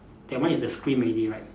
that one is the screen already right